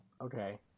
Okay